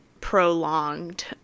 prolonged